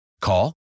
Call